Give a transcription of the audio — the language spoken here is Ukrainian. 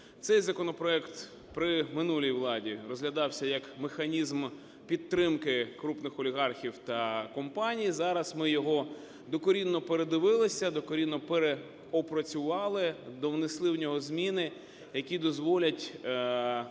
Цей законопроект при минулій владі розглядався як механізм підтримки крупних олігархів та компаній. Зараз ми його докорінно передивилися, докорінно опрацювали, довнесли в нього зміни, які дозволять